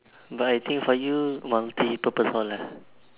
but I think for you multi purpose hall ah